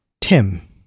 Tim